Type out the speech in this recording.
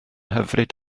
hyfryd